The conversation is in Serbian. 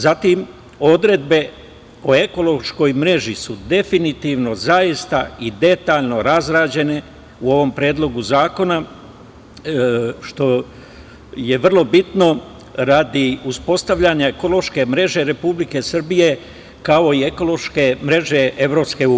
Zatim, odredbe o ekološkoj mreži su definitivno zaista i detaljno razrađene u ovom predlogu zakona, što je vrlo bitno radi uspostavljanja ekološke mreže Republike Srbije, kao i ekološke mreže EU.